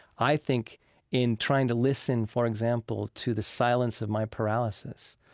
i think in trying to listen, for example, to the silence of my paralysis,